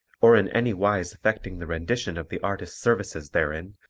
or in any wise affecting the rendition of the artist's services therein,